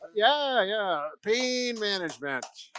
yeah, yeah. pain management.